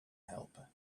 helper